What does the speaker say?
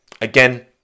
again